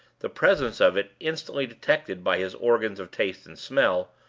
the presence of it, instantly detected by his organs of taste and smell,